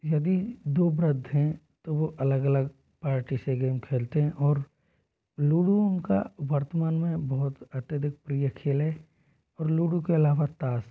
यदि दो वृद्ध हैं तो वो अलग अलग पार्टी से गेम खेलते हैं और लूडो उनका वर्तमान में बहुत अत्यधिक प्रिय खेले और लूडो के अलावा ताश